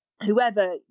whoever